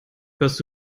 hörst